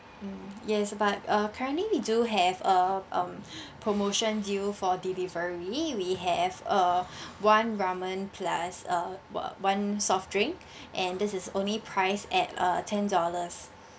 mm yes but uh currently we do have a um promotion due for delivery we have a one ramen plus uh o~ one soft drink and this is only priced at uh ten dollars